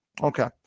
Okay